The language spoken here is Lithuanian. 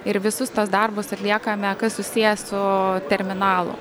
ir visus tuos darbus atliekame kas susiję su terminalu